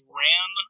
ran